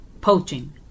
poaching